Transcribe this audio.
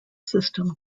system